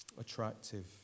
attractive